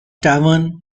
tavern